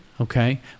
okay